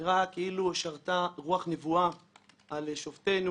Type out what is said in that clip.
נראה כאילו שרתה רוח נבואה על שופטינו,